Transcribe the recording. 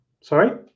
sorry